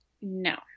No